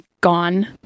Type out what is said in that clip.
Gone